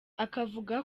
akavuga